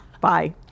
Bye